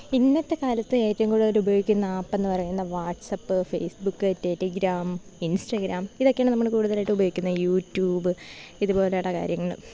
ഇന്നത്തെ കാലത്ത് ഏറ്റവും കൂടുതലുപയോഗിക്കുന്ന ആപ്പെന്ന് പറയുന്നത് WhatsApp Facebook Telegram Instagram ഇതൊക്കെയാണ് നമ്മള് കൂടുതലായിട്ടുപയോഗിക്കുന്ന യു ട്യൂബ് ഇതുപോലെയുള്ള കാര്യങ്ങള്